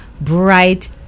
bright